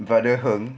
brother herme